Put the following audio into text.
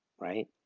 right